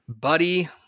Buddy